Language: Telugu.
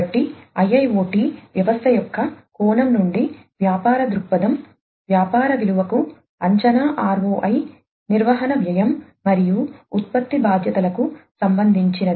కాబట్టి IIoT వ్యవస్థ యొక్క కోణం నుండి వ్యాపార దృక్పథం వ్యాపార విలువకు అంచనా ROI నిర్వహణ వ్యయం మరియు ఉత్పత్తి బాధ్యతలకు సంబంధించినది